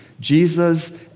Jesus